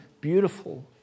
beautiful